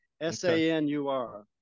S-A-N-U-R